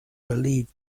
believed